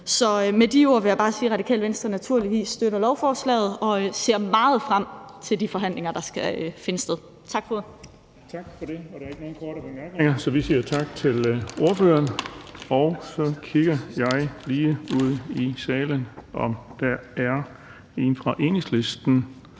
Så med de ord vil jeg bare sige, at Radikale Venstre naturligvis støtter lovforslaget, og vi ser meget frem til de forhandlinger, der skal finde sted. Tak for ordet. Kl. 11:30 Den fg. formand (Erling Bonnesen): Tak for det. Der er ikke nogen korte bemærkninger, så vi siger tak til ordføreren. Og så kigger jeg lige ud i salen, om der er en fra Enhedslisten.